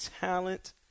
talent